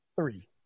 Three